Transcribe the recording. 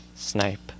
Snipe